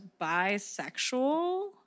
bisexual